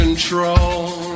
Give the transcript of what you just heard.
control